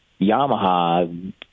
Yamaha